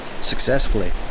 successfully